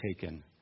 taken